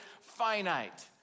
finite